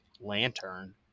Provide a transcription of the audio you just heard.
lantern